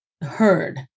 heard